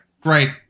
great